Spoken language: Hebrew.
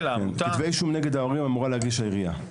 כתבי אישום כנגד ההורים אמורה להגיש העירייה.